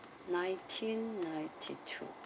nineteen ninety two